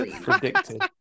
Predicted